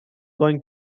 going